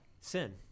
sin